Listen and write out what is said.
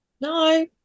No